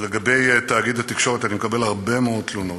לגבי תאגיד התקשורת, אני מקבל הרבה מאוד תלונות,